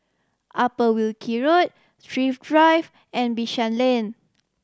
Upper Wilkie Road Thrift Drive and Bishan Lane